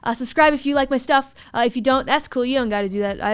ah subscribe. if you like my stuff, if you don't, that's cool. you don't got to do that either.